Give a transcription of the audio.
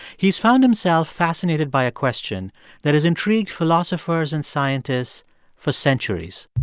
he's found himself fascinated by a question that has intrigued philosophers and scientists for centuries.